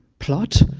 plot,